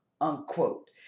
unquote